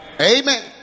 Amen